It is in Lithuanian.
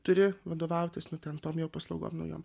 turi vadovautis nu ten tom jau paslaugom naujom